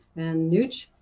and nucharin.